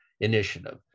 initiative